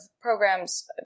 programs